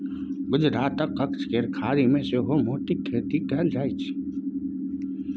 गुजरातक कच्छ केर खाड़ी मे सेहो मोतीक खेती कएल जाइत छै